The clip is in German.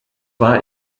war